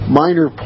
minor